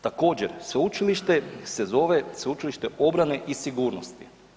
Također sveučilište se zove Sveučilište obrane i sigurnosti.